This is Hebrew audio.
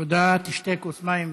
תשתה כוס מים.